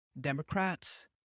Democrats